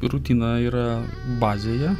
rutina yra bazėje